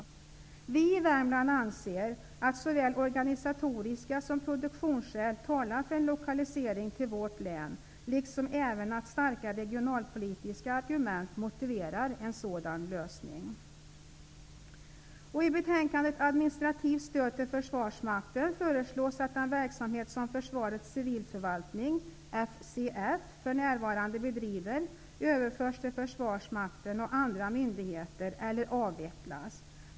Vi i Värmland anser att såväl organisatoriska skäl som produktionsskäl talar för en lokalisering till vårt län. Även starka regionalpolitiska argument motiverar en sådan lösning. Försvarets civilförvaltning, FCF, för närvarande bedriver överförs till försvarsmakten och andra myndigheter eller avvecklas.